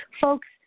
Folks